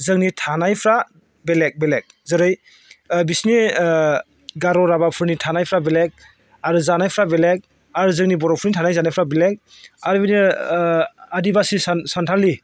जोंनि थानायफ्रा बेेलेग बेलेग जेरै बिसोरनि गार' राभाफोरनि थानायफोरा बेलेग आरो जानायफ्रा बेलेग आरो जोंनि बर'फोरनि थानाय जानायफ्रा बेलेग आरो बिदिनो आदिबासि सानथालि